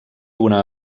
una